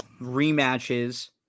rematches